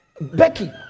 Becky